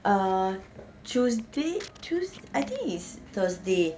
err tuesday tues~ I think it's thursday